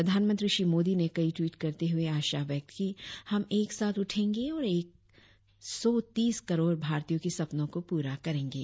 प्रधानमंत्री श्री मोदी ने कई ट्वीट करते हुए आशा व्यक्त कि हम एक साथ उठेंगे और एक सौ तीस करोड़ भारतीयों के सपनों को पूरा करेंगे